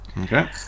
Okay